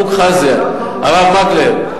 פוק חזי, הרב מקלב.